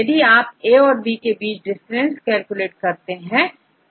यदि आप A औरB के बीच डिस्टेंस कैलकुलेट करें